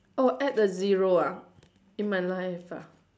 oh add a zero ah in my life ah